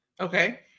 Okay